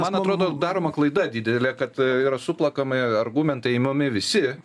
man atrodo daroma klaida didelė kad yra suplakami argumentai imami visi